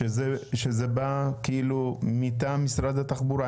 שזה בא, כאילו, מטעם משרד התחבורה?